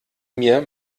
mir